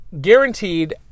guaranteed